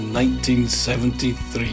1973